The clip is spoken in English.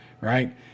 right